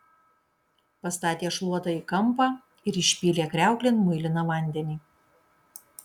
pastatė šluotą į kampą ir išpylė kriauklėn muiliną vandenį